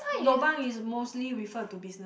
lobang is mostly referred to business